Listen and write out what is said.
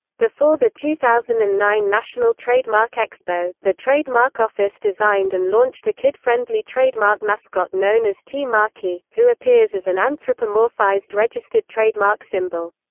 before the two thousand and nine national trademark expo, the trademark office designed and launched a kid-friendly trademark mascot known as t. markey, who appears as an anthropomorphized registered trademark symbol.